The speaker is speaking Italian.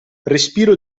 respiro